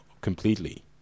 completely